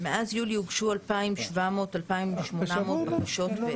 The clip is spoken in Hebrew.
יולי הוגשו כ-2,700 בקשות,